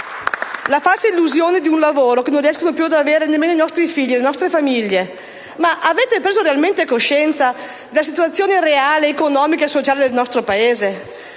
la falsa illusione di un lavoro che non riescono più ad avere nemmeno i nostri figli e le nostre famiglie. Avete preso coscienza della reale situazione economica e sociale del nostro Paese?